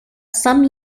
some